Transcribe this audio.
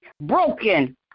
Broken